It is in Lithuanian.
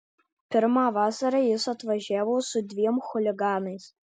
pirmą vasarą jis atvažiavo su dviem chuliganais